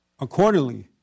accordingly